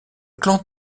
clan